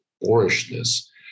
boorishness